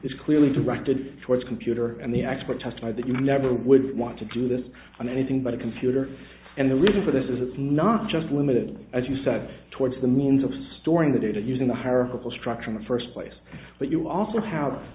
is clearly directed towards computer and the expert testified that you never would want to do this on anything but a computer and the reason for this is it's not just limited as you said towards the moons of storing the data using the hierarchical structure in the first place but you also have